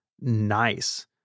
nice